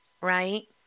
right